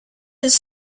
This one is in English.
his